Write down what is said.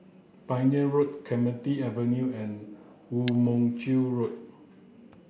Pioneer Road Clementi Avenue and Woo Mon Chew Road